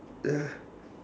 ya